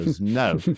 No